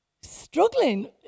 struggling